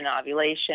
ovulation